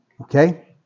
Okay